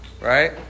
Right